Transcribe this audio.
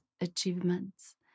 achievements